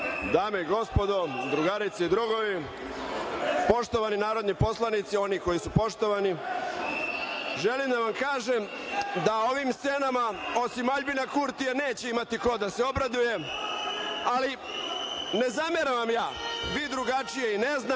Dame i gospodo, drugarice i drugovi, poštovani narodni poslanici, oni koji su poštovani, želim da vam kažem da ovim scenama osim Aljbina Kurtija neće imati ko da se obraduje, ali ne zameram vam ja, vi drugačije i ne znate